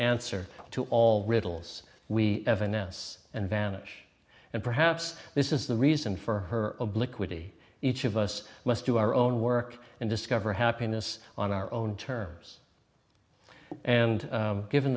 answer to all riddles we have an s and vanish and perhaps this is the reason for her obliquity each of us must do our own work and discover happiness on our own terms and given